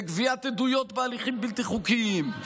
וגביית עדויות בהליכים בלתי חוקיים,